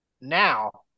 Now